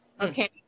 Okay